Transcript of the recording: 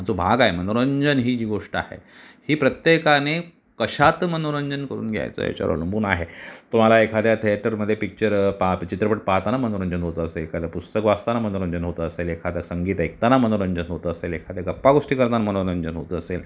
जो भाग आहे आज मनोरंजन ही जी गोष्ट आहे ही प्रत्येकाने कशात मनोरंजन करून घ्यायचं आहे ह्याच्यावर अवलंबून आहे तुम्हाला एखाद्या थेटरमध्ये पिक्चर पाहा चित्रपट पाहताना मनोरंजन होत असेल एखादं पुस्तक वाचताना मनोरंजन होत असेल एखादं संगीत ऐकताना मनोरंजन होत असेल एखादं गप्पा गोष्टी करताना मनोरंजन होत असेल